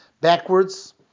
backwards